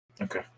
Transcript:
Okay